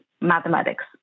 mathematics